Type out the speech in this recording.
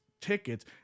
tickets